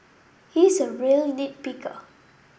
he is a real nit picker